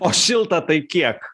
o šilta tai kiek